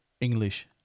English